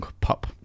pop